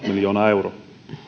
miljoonaa euroa